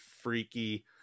Freaky